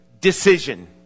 decision